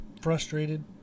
frustrated